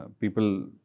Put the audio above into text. people